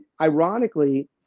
ironically